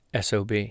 SOB